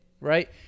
right